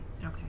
Okay